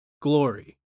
glory